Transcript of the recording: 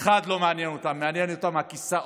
אחד לא מעניין אותם, מעניין אותם הכיסאות